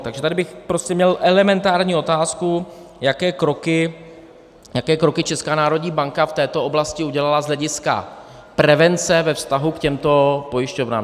Takže tady bych prosím měl elementární otázku, jaké kroky Česká národní banka v této oblasti udělala z hlediska prevence ve vztahu k těmto pojišťovnám.